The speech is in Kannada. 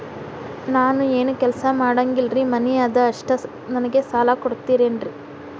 ನಾನು ಏನು ಕೆಲಸ ಮಾಡಂಗಿಲ್ರಿ ಮನಿ ಅದ ಅಷ್ಟ ನನಗೆ ಸಾಲ ಕೊಡ್ತಿರೇನ್ರಿ?